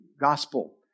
gospel